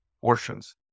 portions